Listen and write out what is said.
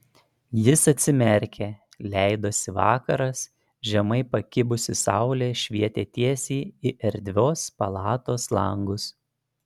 jis atsimerkė leidosi vakaras žemai pakibusi saulė švietė tiesiai į erdvios palatos langus